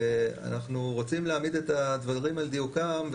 אנחנו רוצים להעמיד את הדברים על דיוקם,